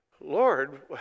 Lord